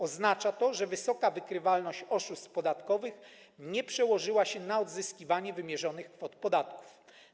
Oznacza to, że wysoka wykrywalność oszustw podatkowych nie przełożyła się na odzyskiwanie wymierzonych kwot podatków.